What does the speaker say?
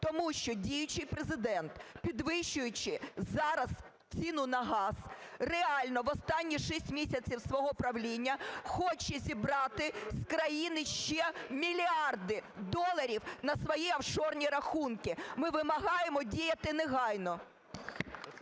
Тому що діючий Президент, підвищуючи зараз ціну на газ, реально в останні шість місяців свого правління хоче зібрати з країни ще мільярди доларів на свої офшорні рахунки. Ми вимагаємо діяти негайно.